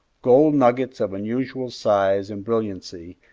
gold nuggets of unusual size and brilliancy,